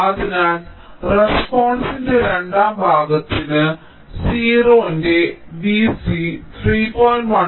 അതിനാൽ റെസ്പോൺസിന്റെ രണ്ടാം ഭാഗത്തിന് 0 ന്റെ V c 3